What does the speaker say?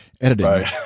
editing